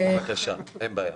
אין בעיה.